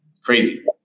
Crazy